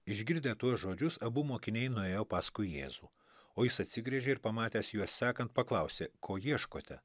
išgirdę tuos žodžius abu mokiniai nuėjo paskui jėzų o jis atsigręžė ir pamatęs juos sekant paklausė ko ieškote